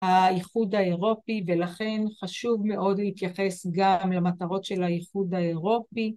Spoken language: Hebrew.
‫האיחוד האירופי, ולכן חשוב מאוד ‫להתייחס גם למטרות של האיחוד האירופי.